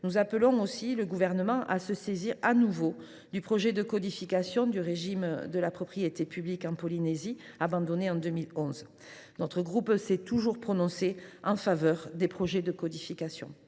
nous appelons le Gouvernement à se saisir de nouveau du projet de codification du régime de la propriété publique en Polynésie, abandonné en 2011. Le groupe RDSE s’est toujours prononcé en faveur de tels projets de codification.